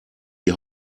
die